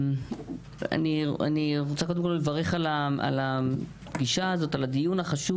אני רוצה קודם לברך על הדיון החשוב